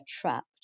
trapped